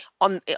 on